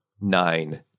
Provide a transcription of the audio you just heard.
nine